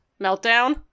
meltdown